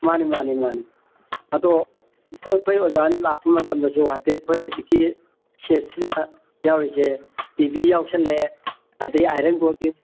ꯃꯥꯅꯤ ꯃꯥꯅꯤ ꯃꯥꯅꯤ ꯑꯗꯣ ꯍꯥꯏꯐꯦꯠ ꯑꯩꯈꯣꯏ ꯑꯣꯖꯥꯅ ꯂꯥꯛꯄ ꯃꯇꯝꯗꯁꯨ ꯍꯥꯏꯐꯦꯠ ꯑꯩꯈꯣꯏ ꯍꯧꯖꯤꯛꯀꯤ ꯁꯦꯠꯁꯤꯗ ꯌꯥꯎꯔꯤꯁꯦ ꯇꯤ ꯚꯤ ꯌꯥꯎꯁꯤꯜꯂꯛꯑꯦ ꯑꯗꯩ ꯑꯥꯏꯔꯟ ꯒꯣꯗ꯭ꯔꯦꯖ